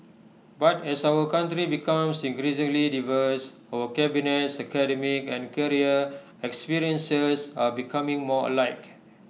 but as our country becomes increasingly diverse our cabinet's academic and career experiences are becoming more alike